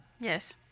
Yes